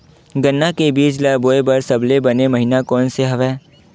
गन्ना के बीज ल बोय बर सबले बने महिना कोन से हवय?